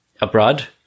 abroad